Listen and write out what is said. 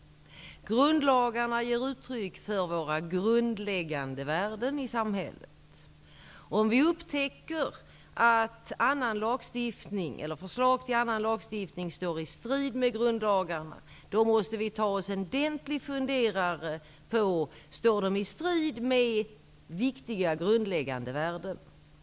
Grundlagarna ger uttryck för våra grundläggande värden i samhället. Om vi upptäcker att annan lagstiftning eller förslag till annan lagstiftning står i strid med grundlagarna, måste vi ta oss en ordentlig funderare på om de står i strid med viktiga grundläggande värden.